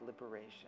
liberation